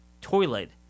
toilet